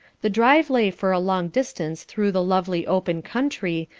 the drive lay for a long distance through the lovely open country,